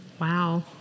Wow